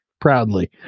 Proudly